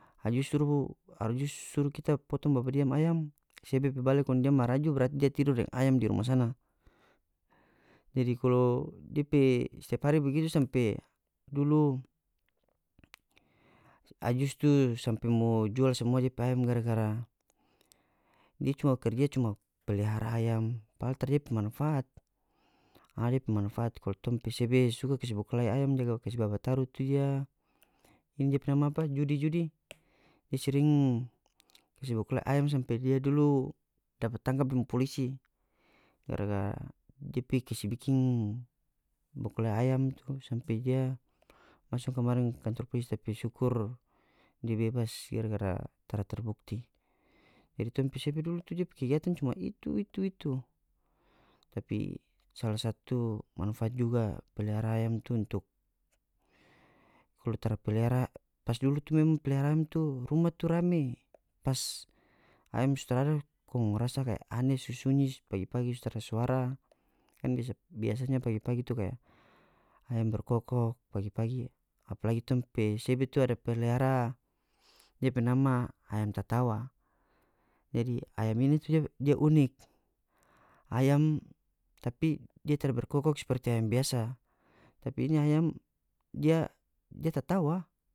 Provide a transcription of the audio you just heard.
Ajus suru ajus suru kita potong babadiam ayam sebe pe bale kong dia maraju berarti dia tidor deng ayam di rumah sana jadi kalu dia pe setiap hari begitu sampe dulu ajus tuh sampe mo jual samua dia pe ayam gara-gara dia cuma kerja cuma pelihara ayam padahal tara dia pe manfaat ada depe manfaat kalu tong pe sebe suka kas bakulae ayam jaga kas babataru tu dia ini dia pe nama apa judi judi dia sering kas bakulae ayam sampe dia dulu dapa tangkap deng polisi gara-gara dia pigi kase bikin bakulae ayam tu sampe dia maso kamari kantor polisi tapi sukur dia bebas gara-gara tara terbukti jadi tong pe sebe dulu tu dia pe kegiatan cuma itu itu itu tapi sala satu manfaat juga pelihara ayam itu untuk kalu tara pelihara pas dulu tu memang pelihara ayam tu rumah tu rame pas ayam su tarada kong rasa kaya aneh so sunyi pagi-pagi so tara suara kan biasa biasanya pagi-pagi itu kaya ayam berkokok pagi-pagi apalagi tong pe sebe tu ada pelihara depe nama ayam tatawa jadi ayam ini tu dia dia unik ayam tapi dia tara berkokok seperti ayam biasa tapi ini ayam dia dia tatawa.